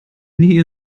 nie